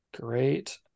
Great